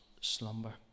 slumber